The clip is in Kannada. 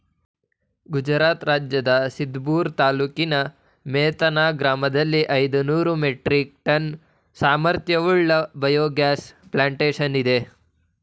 ಗುಜರಾತ್ ರಾಜ್ಯದ ಸಿದ್ಪುರ ತಾಲೂಕಿನ ಮೇಥಾನ್ ಗ್ರಾಮದಲ್ಲಿ ಐದುನೂರು ಮೆಟ್ರಿಕ್ ಟನ್ ಸಾಮರ್ಥ್ಯವುಳ್ಳ ಬಯೋಗ್ಯಾಸ್ ಪ್ಲಾಂಟೇಶನ್ ಇದೆ